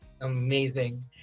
Amazing